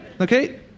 Okay